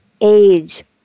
age